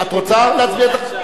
את רוצה להצביע?